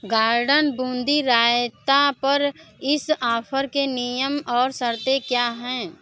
garden boondi raita पर इस offer के नियम और शर्तें क्या हैं